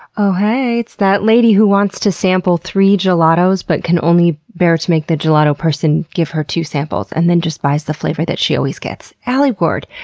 oh heeeyyy, it's that lady who wants to sample three gelatos but can only bear to make the gelato person give her two samples, and then just buys the flavor that she always gets, alie ward,